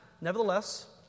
Nevertheless